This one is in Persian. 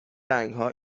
رنگها